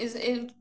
इस